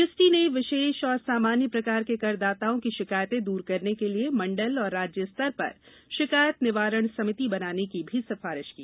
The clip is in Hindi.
जीएसटी ने विशेष और सामान्य प्रकार के करदाताओं की शिकायतें दूर करने के लिए मण्डल और राज्य स्तिर पर शिकायत निवारण समिति बनाने की भी सिफारिश की